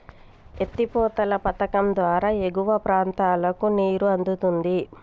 ఎత్తి పోతల పధకం ద్వారా ఎగువ ప్రాంతాలకు నీరు అందుతుంది